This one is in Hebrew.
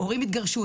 הורים התגרשו,